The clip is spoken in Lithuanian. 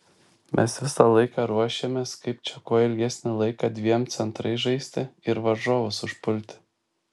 mes visą laiką ruošėmės kaip čia kuo ilgesnį laiką dviem centrais žaisti ir varžovus užpulti